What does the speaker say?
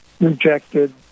rejected